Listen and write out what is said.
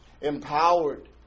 Empowered